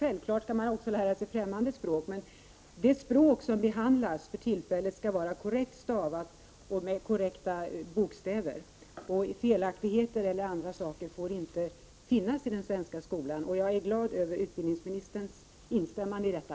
Självfallet skall man också lära sig främmande språk, men det språk som för tillfället behandlas skall vara korrekt stavat med korrekta bokstäver. Felaktigheter eller annat får inte finnas i den svenska skolan, och jag är glad över utbildningsministerns instämmande i detta.